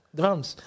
drums